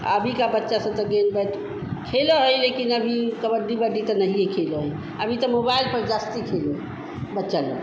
अभी का बच्चा से तो गेंद बैट खेलाे है लेकिन अभी कबड्डी ओबड्डी तो नहीं खेलते हैं अभी तो मोबाइल पर जास्ती खेलते बच्चे लोग